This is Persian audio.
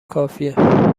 کافیه